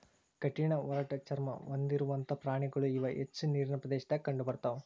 ಕಠಿಣ ಒರಟ ಚರ್ಮಾ ಹೊಂದಿರುವಂತಾ ಪ್ರಾಣಿಗಳು ಇವ ಹೆಚ್ಚ ನೇರಿನ ಪ್ರದೇಶದಾಗ ಕಂಡಬರತಾವ